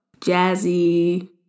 jazzy